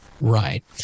Right